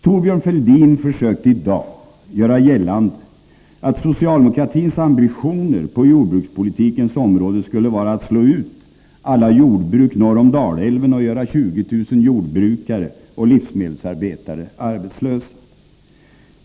Thorbjörn Fälldin försökte i dag göra gällande att socialdemokratins ambitioner på jordbrukspolitikens område skulle vara att slå ut alla jordbruk norr om Dalälven och göra 20 000 jordbrukare och livsmedelsarbetare arbetslösa.